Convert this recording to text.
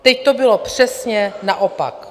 Teď to bylo přesně naopak.